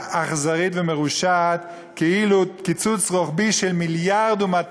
ידיעה אכזרית ומרושעת כאילו קיצוץ רוחבי של מיליארד ו-200